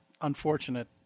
unfortunate